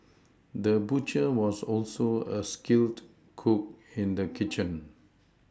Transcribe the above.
the butcher was also a skilled cook in the kitchen